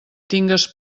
tingues